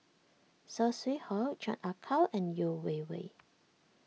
Saw Swee Hock Chan Ah Kow and Yeo Wei Wei